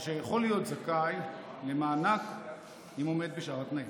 אשר יכול להיות זכאי למענק אם הוא עומד בשאר התנאים.